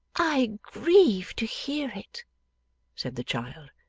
i grieve to hear it said the child.